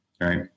right